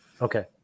Okay